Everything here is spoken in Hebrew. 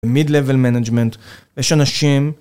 mid level management, יש אנשים